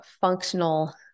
functional